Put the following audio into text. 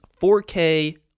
4K